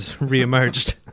re-emerged